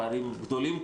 כרגע הפערים גדולים.